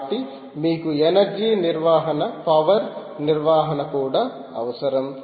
కాబట్టి మీకు ఎనర్జీ నిర్వహణ పవర్ నిర్వహణ కూడా అవసరం